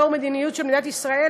לאור המדיניות של מדינת ישראל,